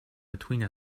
between